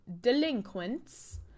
Delinquents